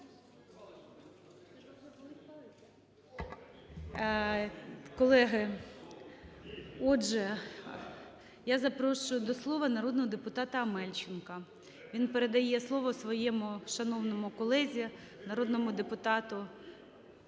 Колеги, отже, я запрошую до слова народного депутатаАмельченка. Він передає слово своєму шановному колезі народному депутату Купрієнку.